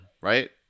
right